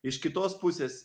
iš kitos pusės